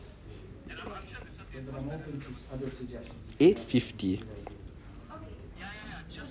eight fifty